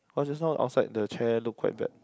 cause just now outside the chair look quite bad